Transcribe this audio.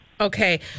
Okay